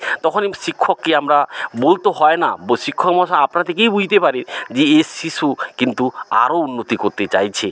তখনই শিক্ষককে আমরা বলতে হয় না বো শিক্ষকমশাই আপনা থেকেই বুঝতে পারে যে এ শিশু কিন্তু আরও উন্নতি করতে চাইছে